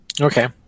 Okay